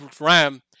RAM